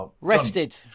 Rested